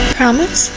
promise